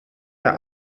der